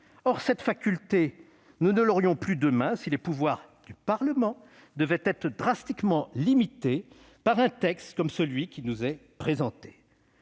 Or cette faculté, nous ne l'aurions plus demain, si les pouvoirs du Parlement devaient être drastiquement limités par un texte comme celui qui nous est présenté.